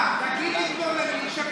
מה, תגיד לי, בנט?